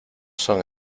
son